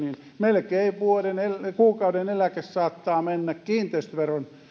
melkein kuukauden eläke saattaa mennä kiinteistöveron